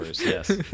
yes